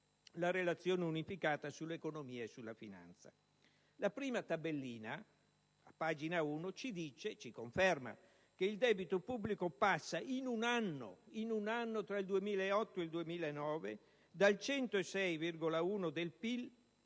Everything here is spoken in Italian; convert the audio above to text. la prima tabellina, a pagina 1, ci conferma che il debito pubblico passa in un anno, tra il 2008 e il 2009, dal 106,1 per